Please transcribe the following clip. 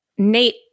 Nate